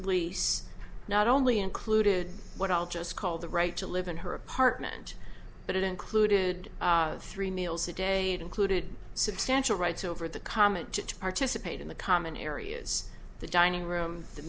least not only included what i'll just call the right to live in her apartment but it included three meals a day it included substantial rights over the comment to participate in the common areas the dining room the